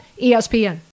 ESPN